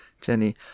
Jenny